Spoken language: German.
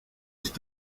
ist